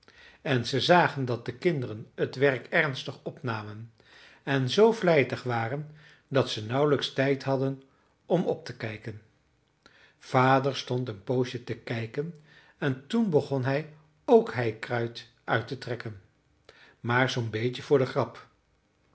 en ze zagen dat de kinderen het werk ernstig opnamen en z vlijtig waren dat ze nauwelijks tijd hadden om op te kijken vader stond een poosje te kijken en toen begon hij ook heikruid uit te trekken maar zoo'n beetje voor de grap